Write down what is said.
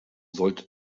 sollte